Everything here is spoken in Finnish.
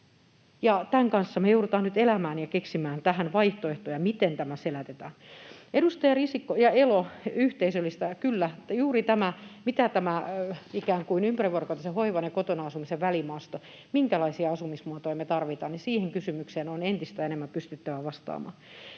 Tämän kanssa me joudutaan nyt elämään ja keksimään tähän vaihtoehtoja, miten tämä selätetään. Edustaja Elo, yhteisöllistä, kyllä — juuri tämä ikään kuin ympärivuorokautisen hoivan ja kotona asumisen välimaasto. Minkälaisia asumismuotoja me tarvitaan, siihen kysymykseen on entistä enemmän pystyttävä vastaamaan.